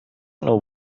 نوع